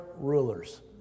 rulers